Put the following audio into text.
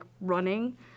running